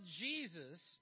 Jesus